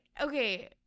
okay